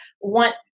want